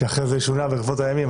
שאחרי כן שונה ברבות הימים.